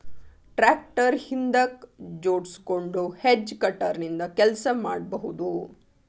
tractor ಹಿಂದಕ್ ಜೋಡ್ಸ್ಕೊಂಡು hedge cutter ನಿಂದ ಕೆಲಸ ಮಾಡ್ಬಹುದು